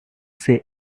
say